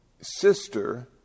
sister